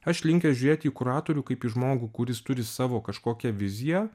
aš linkęs žiūrėti į kuratorių kaip į žmogų kuris turi savo kažkokią viziją